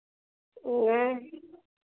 नहीं